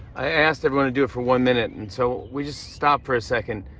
i asked everyone to do it for one minute. and so we just stopped for a second,